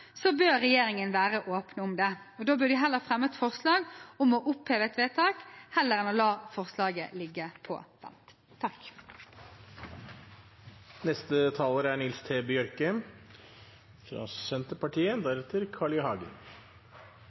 bør regjeringen være åpne om det. Da bør de heller fremme et forslag om å oppheve et vedtak enn å la forslaget ligge på